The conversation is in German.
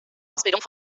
ausbildung